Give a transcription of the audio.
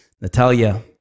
Natalia